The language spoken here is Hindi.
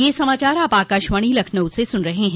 ब्रे क यह समाचार आप आकाशवाणी लखनऊ से सुन रहे हैं